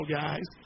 guys